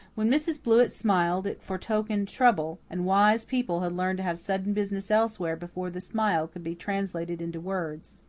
when mrs. blewett smiled it foretokened trouble, and wise people had learned to have sudden business elsewhere before the smile could be translated into words.